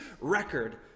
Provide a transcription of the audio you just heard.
record